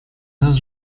нас